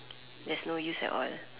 there is no use at all